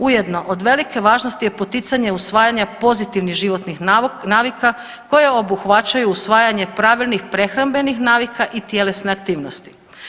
Ujedno od velike važnosti je poticanje usvajanja pozitivnih životnih navika koje obuhvaćaju usvajanje pravilnih prehrambenih navika i tjelesne aktivnosti.